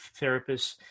therapists